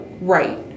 Right